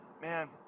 Man